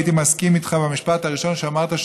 הייתי מסכים איתך על המשפט הראשון שאמרת,